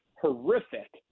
horrific